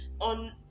on